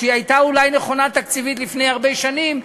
שהייתה אולי נכונה תקציבית לפני הרבה שנים,